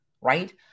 right